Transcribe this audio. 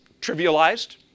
trivialized